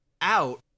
out